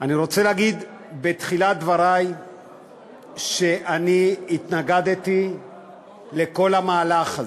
אני רוצה להגיד בתחילת דברי שאני התנגדתי לכל המהלך הזה,